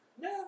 No